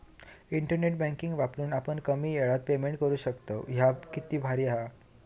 internet banking वापरून आपण कमी येळात पेमेंट करू शकतव, ह्या किती भारी हां